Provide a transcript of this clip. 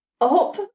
Up